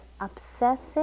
obsessive